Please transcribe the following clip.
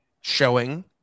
showing